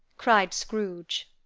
cried scrooge.